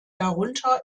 darunter